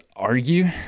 argue